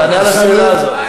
תענה על השאלה הזאת.